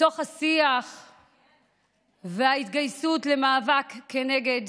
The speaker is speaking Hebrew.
בתוך השיח וההתגייסות למאבק כנגד